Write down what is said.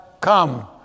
come